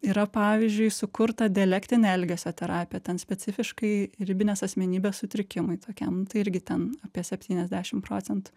yra pavyzdžiui sukurta dialektinė elgesio terapija ten specifiškai ribinės asmenybės sutrikimai tokiam tai irgi ten apie septyniasdešim procentų